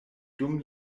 dum